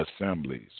assemblies